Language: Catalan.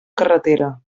carretera